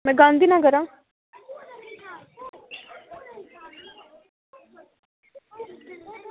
में गांधी नगर आं